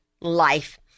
life